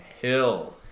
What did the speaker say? Hill